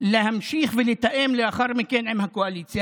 להמשיך ולתאם לאחר מכן עם הקואליציה.